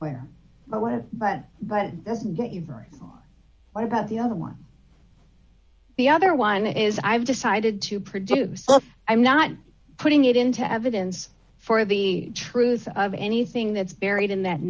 where but what but but it doesn't get you very well what about the other one the other one is i've decided to produce i'm not putting it into evidence for the truth of anything that's buried in that